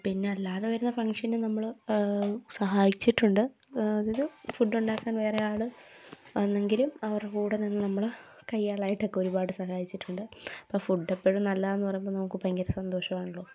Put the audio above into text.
പിന്നെ അല്ലാതെ വരുന്ന ഫംഗ്ഷന് നമ്മൾ സഹായിച്ചിട്ടുണ്ട് അതിൽ ഫുഡ് ഉണ്ടാക്കാൻ വേറെ ആൾ വന്നെങ്കിലും അവരെ കൂടെ നിന്ന് നമ്മൾ കൈയ്യാളായിട്ടൊക്കെ ഒരുപാട് സഹായിച്ചിട്ടുണ്ട് അപ്പം ഫുഡ് എപ്പോഴും നല്ലതാണെന്ന് പറയുമ്പം നമുക്ക് ഭയങ്കര സന്തോഷമാണല്ലോ